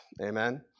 Amen